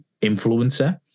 influencer